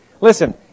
Listen